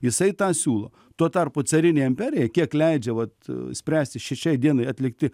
jisai tą siūlo tuo tarpu carinė imperija kiek leidžia vat spręsti ši šiai dienai atlikti